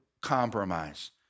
compromise